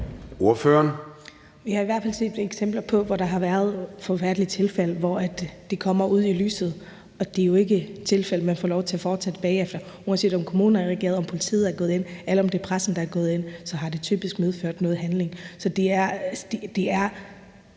(LA): Vi har i hvert fald set eksempler på, at der har været forfærdelige tilfælde, hvor det kommer ud i lyset, og det er jo ikke tilfælde, der får lov til at fortsætte bagefter. Uanset om kommunen har reageret, om politiet er gået ind eller om det er pressen, der er gået ind, så har det typisk medført noget handling. Så det er